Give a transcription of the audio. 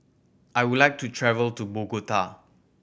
I would like to travel to Bogota